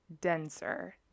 denser